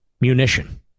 munition